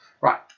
right